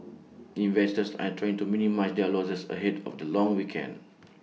investors are trying to minimise their losses ahead of the long weekend